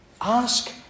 Ask